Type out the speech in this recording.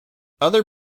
other